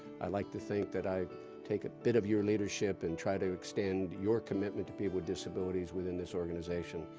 i'd like to think that i take a bit of your leadership and try to extend your commitment to people with disabilities within this organization.